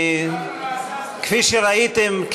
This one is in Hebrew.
כפי שראיתם,